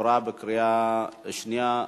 עברה בקריאה שנייה.